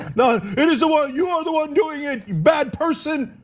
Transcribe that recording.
you know it is the one, you are the one doing it. bad person,